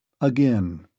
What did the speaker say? again